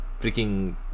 freaking